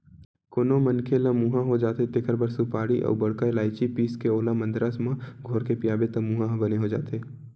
कोनो मनखे ल मुंहा हो जाथे तेखर बर सुपारी अउ बड़का लायची पीसके ओला मंदरस म घोरके पियाबे त मुंहा ह बने हो जाथे